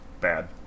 Bad